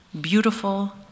beautiful